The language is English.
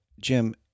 Jim